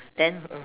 then